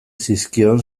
zizkion